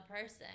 person